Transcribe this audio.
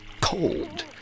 cold